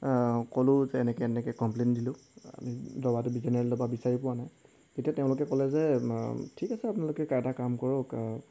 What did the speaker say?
ক'লোঁ যে এনেকৈ এনেকৈ কমপ্লেইন দিলোঁ আমি ডবাটো জেনেৰেল ডবা বিচাৰি পোৱা নাই তেতিয়া তেওঁলোকে ক'লে যে ঠিক আছে আপোনালোকে এটা কাম কৰক